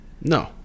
no